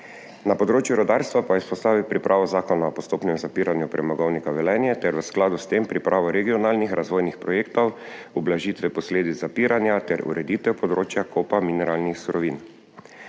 Na področju rudarstva pa je izpostavil pripravo Zakona o postopnem zapiranju Premogovnika Velenje ter v skladu s tem pripravo regionalnih razvojnih projektov ublažitve posledic zapiranja ter ureditev področja kopa mineralnih surovin.